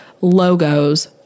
logos